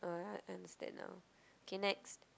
oh I understand now k next